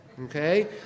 Okay